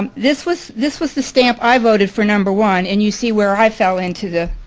um this was this was the stamp i voted for number one and you see where i fell into the.